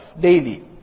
daily